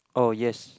oh yes